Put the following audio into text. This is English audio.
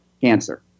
Cancer